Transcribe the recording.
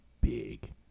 big